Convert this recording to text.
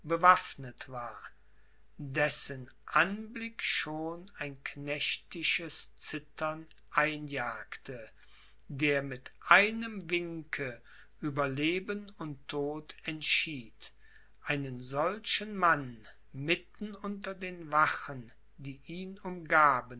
bewaffnet war dessen anblick schon ein knechtisches zittern einjagte der mit einem winke über leben und tod entschied einen solchen mann mitten unter den wachen die ihn umgaben